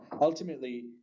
ultimately